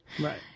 Right